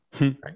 Right